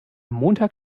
montag